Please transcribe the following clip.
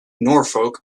norfolk